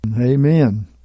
Amen